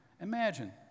Imagine